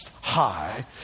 high